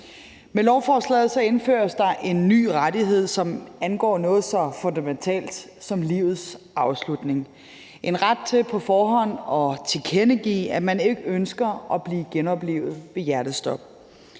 Med lovforslaget indføres der en ny rettighed, som angår noget så fundamentalt som livets afslutning. Det er en ret til på forhånd at tilkendegive, at man ikke ønsker at blive genoplivet ved hjertestop.